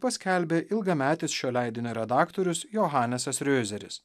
paskelbė ilgametis šio leidinio redaktorius johanesas riozeris